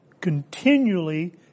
continually